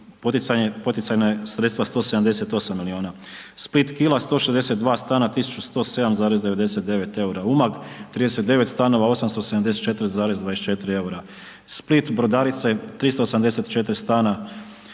poticajna sredstva 178 miliona. Split Kila 162 stana 1.107,99 EUR-a. Umag 39 stanova 874,24 EUR-a. Split Brodarice 384 stana